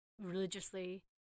religiously